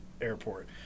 Airport